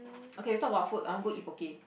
okay we talk about food I want go eat Poke